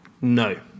No